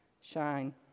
shine